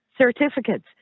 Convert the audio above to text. certificates